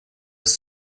ist